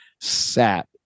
sat